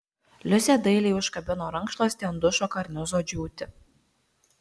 liusė dailiai užkabino rankšluostį ant dušo karnizo džiūti